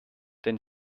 denn